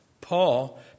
Paul